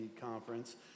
conference